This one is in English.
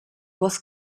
was